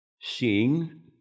seeing